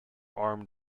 armed